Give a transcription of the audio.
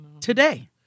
today